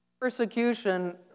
persecution